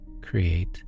create